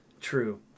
true